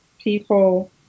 people